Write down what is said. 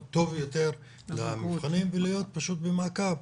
טוב יותר למבחנים ולהיות פשוט במעקב.